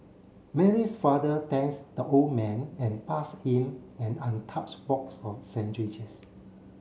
Mary's father thanks the old man and passed him an untouched box of sandwiches